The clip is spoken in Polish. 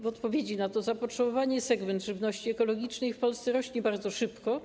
W odpowiedzi na to zapotrzebowanie segment żywności ekologicznej w Polsce rośnie bardzo szybko.